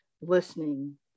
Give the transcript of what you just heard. listening